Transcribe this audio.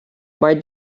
mae